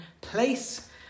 place